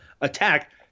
attack